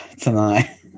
tonight